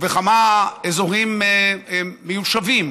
ובכמה אזורים מיושבים,